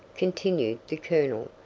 continued the colonel.